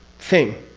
thing.